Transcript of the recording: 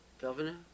Governor